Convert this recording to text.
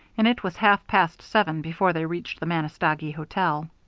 and it was half-past seven before they reached the manistogee hotel.